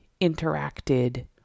interacted